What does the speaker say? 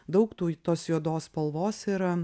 daug tų tos juodos spalvos yra